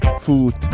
food